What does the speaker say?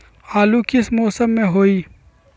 आलू किस मौसम में होई?